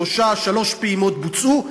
שלוש פעימות בוצעו,